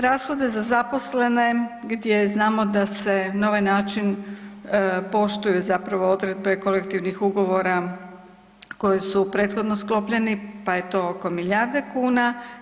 Rashode za zaposlene gdje znamo da se na ovaj način poštuju zapravo odredbe kolektivnih ugovora koji su prethodno sklopljeni, pa je to oko milijardu kuna.